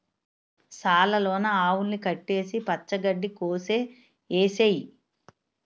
సాల లోన ఆవుల్ని కట్టేసి పచ్చ గడ్డి కోసె ఏసేయ్